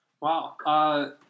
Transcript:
Wow